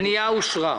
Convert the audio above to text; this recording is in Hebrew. הפנייה אושרה.